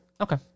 Okay